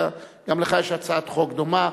גם לך יש הצעת חוק דומה.